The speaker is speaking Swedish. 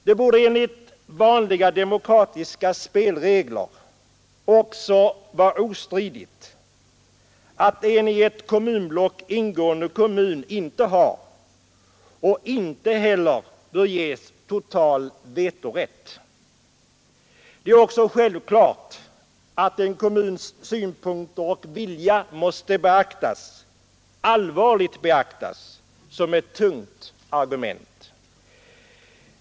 Det borde enligt vanliga demokratiska spelregler också vara ostridigt att en i ett kommunblock ingående kommun inte har och inte heller bör ges total vetorätt. Det är självklart att en kommuns synpunkter och vilja måste beaktas — allvarligt beaktas — som ett tungt argument.